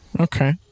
Okay